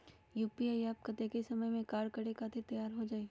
UPI app कतेइक समय मे कार्य करे खातीर तैयार हो जाई?